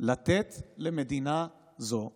לתת למדינה זו חוקה,